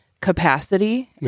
capacity